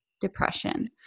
depression